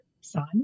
son